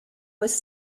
was